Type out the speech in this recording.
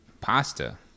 pasta